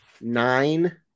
nine